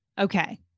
Okay